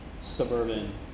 suburban